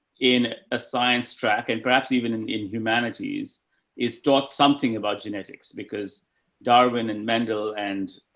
in a science track and perhaps even in in humanities is taught something about genetics because darwin and mendel and,